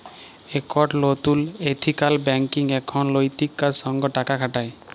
একট লতুল ethical banking এখন লৈতিকতার সঙ্গ টাকা খাটায়